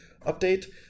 Update